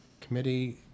committee